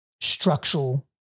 structural